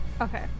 okay